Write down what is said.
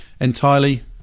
entirely